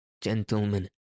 gentlemen